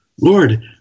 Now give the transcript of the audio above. Lord